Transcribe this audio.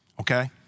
okay